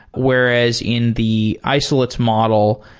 whereas in the isolates model,